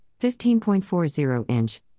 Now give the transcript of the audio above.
15.40-inch